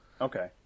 Okay